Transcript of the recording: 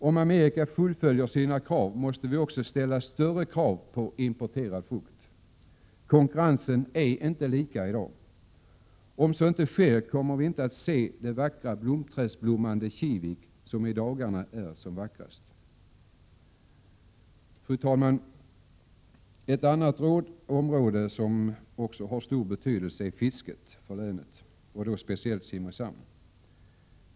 Om Amerika fullföljer sina krav, måste vi också ställa större krav på importerad frukt — man konkurrerar inte på samma villkor i dag. Om så inte sker kommer vi inte att kunna se det vackra blomträdsblommande Kivik som i dagarna är som vackrast. Fru talman! Fisket har också stor betydelse för länet och då speciellt för Simrishamn.